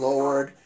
Lord